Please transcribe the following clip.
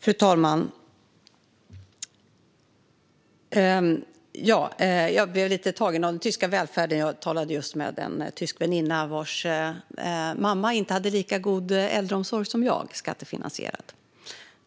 Fru talman! Jag blev lite tagen av påståendet om den tyska välfärden. Jag talade just med en tysk väninna vars mamma inte har lika god skattefinansierad äldreomsorg som min mamma har.